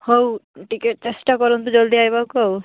ହଉ ଟିକେ ଚେଷ୍ଟା କରନ୍ତୁ ଜଲ୍ଦି ଆସିବାକୁ ଆଉ